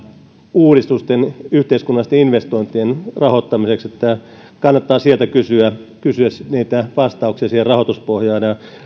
uudistusten yhteiskunnallisten investointien rahoittamiseksi niin että kannattaa sieltä kysyä niitä vastauksia rahoituspohjaan